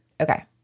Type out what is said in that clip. Okay